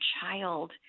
child